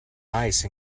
ice